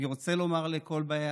אני רוצה לומר לכל באי